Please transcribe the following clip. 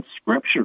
Scripture